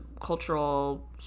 cultural